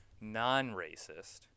non-racist